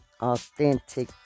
authentic